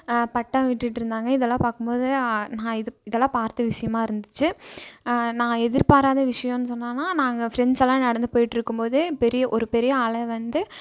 பட்டம் விட்டுட்டு இருந்தாங்க இதெல்லாம் பார்க்கும்போது நான் இது இதெல்லாம் பார்த்த விஷயமாக இருந்துச்சு நான் எதிர்பாராத விஷயம் சொன்னன்னால் நாங்கள் ஃப்ரெண்ட்ஸ் எல்லாம் நடந்து போயிட்டு இருக்கும்போது பெரிய ஒரு பெரிய அலை வந்து